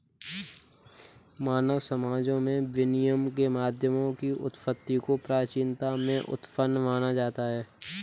मानव समाजों में विनिमय के माध्यमों की उत्पत्ति को प्राचीनता में उत्पन्न माना जाता है